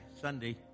Sunday